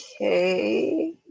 okay